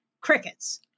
crickets